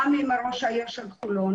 גם עם ראש עיר חולון,